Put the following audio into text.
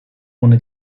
ohne